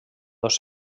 dos